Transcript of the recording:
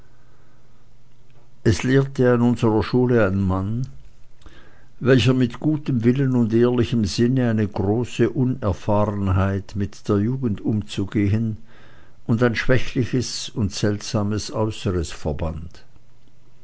es lehrte an unserer schule ein mann welcher mit gutem willen und ehrlichem sinn eine große unerfahrenheit mit der jugend umzugehen und ein schwächliches und seltsames äußeres verband